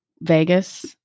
Vegas